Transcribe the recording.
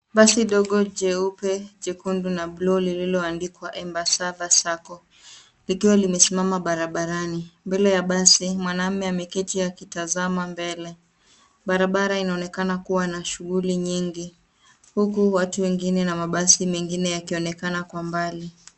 Basi ndogo jeupe, jekundu na buluu lililoandikwa EMBASSAVA SACCO likiwa limesimama barabarani. Mbele ya basi mwanaume ameketi akitazama mbele. Barabara inaonekana kuwa na shunguli nyingi huku watu wengine na mabasi mengine yakionekana kwa mbali.